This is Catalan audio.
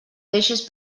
deixes